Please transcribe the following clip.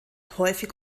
häufig